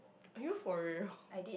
are you for real